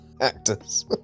actors